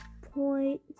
Point